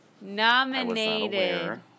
nominated